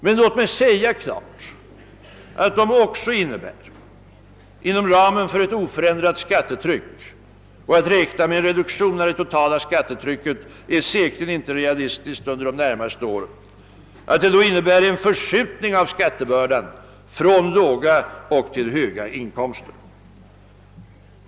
Men låt mig klart säga att de också innebär — inom ramen för ett oförändrat totalt skattetryck; att räkna med en reduktion av det totala skattetrycket är säkerligen inte realistiskt under de närmaste åren — en förskjutning av skattebördan från låga till höga inkomster.